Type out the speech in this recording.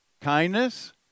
Kindness